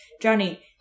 Johnny